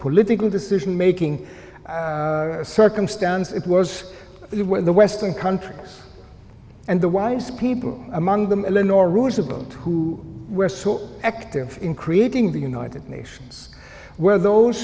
political decision making circumstance it was the western countries and the wise people among them eleanor roosevelt who were so active in creating the united nations where those